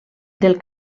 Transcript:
del